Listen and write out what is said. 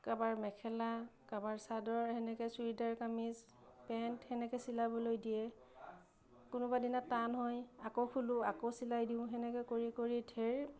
কাৰোবাৰ মেখেলা কাৰোবাৰ চাদৰ সেনেকৈ চুৰিদাৰ কামিজ পেণ্ট সেনেকৈ চিলাবলৈ দিয়ে কোনোবা দিনা টান হয় আকৌ খুলো আকৌ চিলাই দিওঁ সেনেকৈ কৰি ঢেৰ